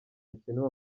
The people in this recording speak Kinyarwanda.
hakenewe